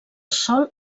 sòl